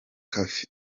cafe